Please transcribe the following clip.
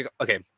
okay